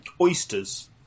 Oysters